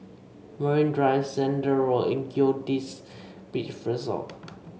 Marine Drive Zehnder Road and Goldkist Beach Resort